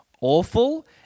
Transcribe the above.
awful